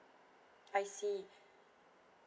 I see